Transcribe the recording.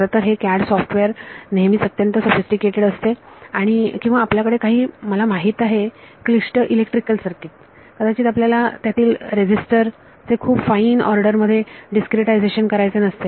खरंतर हे CAD software नेहमीच अत्यंत सोफिस्टिकेटेड असते किंवा आपल्याकडे काही मला माहित आहे क्लिष्ट इलेक्ट्रिकल सर्किट कदाचित आपल्याला त्यातील रेझीस्टर चे खूप फाईन ऑर्डर मध्ये डिस्क्रीटायझेशन करायचे नसते